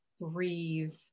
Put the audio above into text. breathe